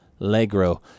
Legro